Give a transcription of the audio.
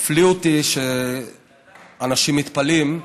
הפליא אותי שאנשים מתפלאים,